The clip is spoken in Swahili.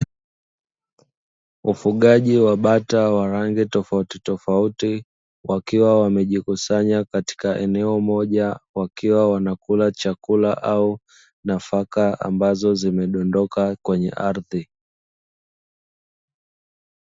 Ufugaji wa bata wa rangi tofautitofauti wakiwa wamejikusanya katika eneo moja, wakiwa wanakula chakula au nafaka ambazo zimedondoka kwenye ardhi.